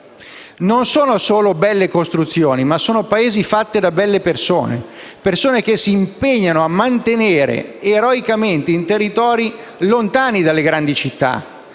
Non sono solo belle costruzioni, ma sono paesi fatti da belle persone, che si impegnano eroicamente a mantenere, in territori lontani dalle grandi città